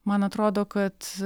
man atrodo kad